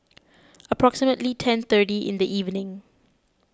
approximately ten thirty in the evening